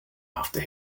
after